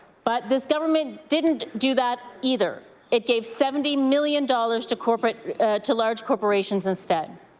but this government didn't do that either. it gave seventy million dollars to corporate to large corporations instead.